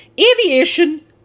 aviation